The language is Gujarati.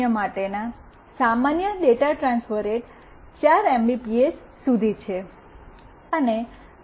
0 માટેના સામાન્ય ડેટા ટ્રાન્સફર રેટ 4 એમબીપીએસ સુધી છે